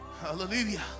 Hallelujah